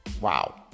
wow